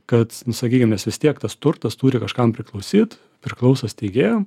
kad sakykim nes vis tiek tas turtas turi kažkam priklausyt priklauso steigėjam